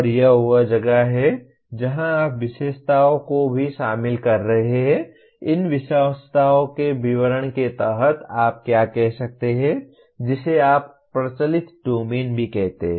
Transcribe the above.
और यह वह जगह है जहाँ आप विशेषताओं को भी शामिल कर रहे हैं इन विशेषताओं के विवरण के तहत आप क्या कह सकते हैं जिसे आप प्रचलित डोमेन भी कहते हैं